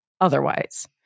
otherwise